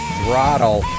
Throttle